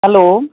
hello